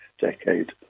decade